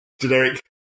generic